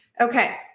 Okay